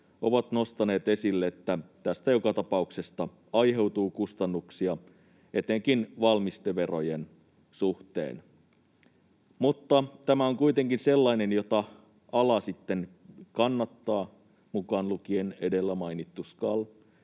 ovat nostaneet esille, että tästä joka tapauksessa aiheutuu kustannuksia etenkin valmisteverojen suhteen. Mutta tämä on kuitenkin sellainen, jota ala kannattaa, mukaan lukien edellä mainittu SKAL,